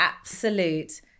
absolute